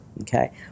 okay